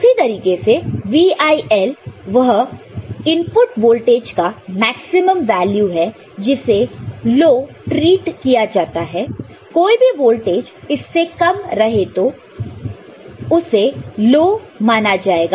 उसी तरीके से VIL इनपुट वह इनपुट वोल्टेज का मैक्सिमम वैल्यू है जिसे लो ट्रीट किया जाता है कोई भी वोल्टेज इससे कम रहा तो उसे लो माना जाएगा